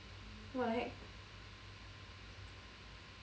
what the heck